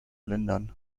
lindern